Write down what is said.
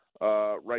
right